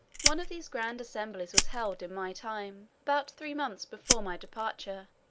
one of these grand assemblies was held in my time, about three months before my departure,